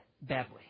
badly